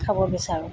খাব বিচাৰোঁ